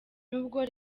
nubwo